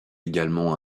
également